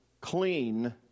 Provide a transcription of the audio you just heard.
clean